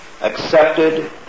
accepted